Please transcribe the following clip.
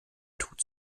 tut